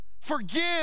forgive